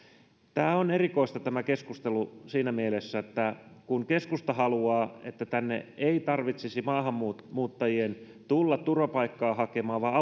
tämä keskustelu on erikoista siinä mielessä että kun keskusta haluaa että tänne ei tarvitsisi maahanmuuttajien tulla turvapaikkaa hakemaan vaan